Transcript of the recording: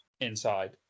inside